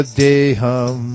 deham